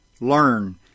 learn